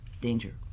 danger